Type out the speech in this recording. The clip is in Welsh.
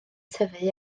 tyfu